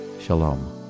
Shalom